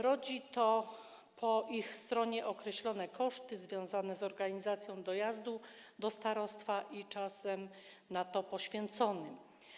Rodzi to po ich stronie określone koszty związane z organizacją dojazdu do starostwa i czasem na to poświęconym.